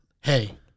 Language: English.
hey